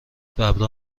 ببرا